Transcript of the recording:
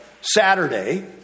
Saturday